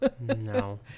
No